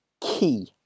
key